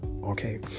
Okay